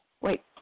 Wait